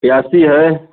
प्यासी है